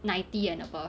ninety and above